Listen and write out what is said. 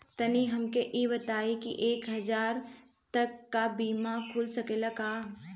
तनि हमके इ बताईं की एक हजार तक क बीमा खुल सकेला का?